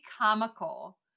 comical